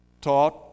taught